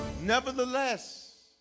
nevertheless